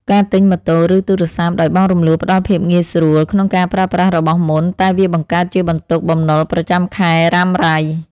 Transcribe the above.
ការទិញម៉ូតូ ឬទូរស័ព្ទដោយបង់រំលស់ផ្ដល់ភាពងាយស្រួលក្នុងការប្រើប្រាស់របស់មុន តែវាបង្កើតជាបន្ទុកបំណុលប្រចាំខែរ៉ាំរ៉ៃ។